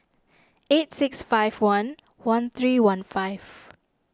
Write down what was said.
eight six five one one three one five